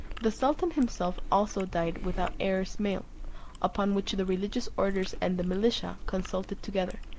the sultan himself also died without heirs male upon which the religious orders and the militia consulted together,